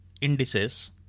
indices